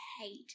hate